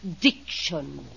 diction